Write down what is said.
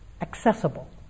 accessible